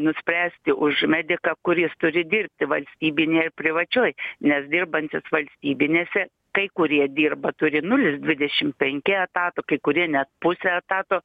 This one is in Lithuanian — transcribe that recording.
nuspręsti už mediką kur jis turi dirbti valstybinėj ar privačioj nes dirbantys valstybinėse kai kurie dirba turi nulis dvidešim penki etato kai kurie net pusę etato